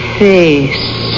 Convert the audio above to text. face